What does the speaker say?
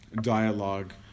dialogue